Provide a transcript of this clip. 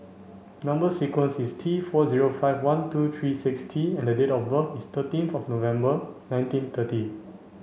number sequence is T four zero five one two three six T and the date of birth is thirteenth of November nineteen thirty